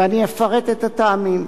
ואני אפרט את הטעמים.